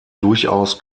durchaus